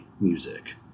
music